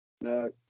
No